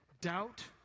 Doubt